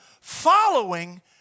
following